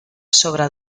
sobre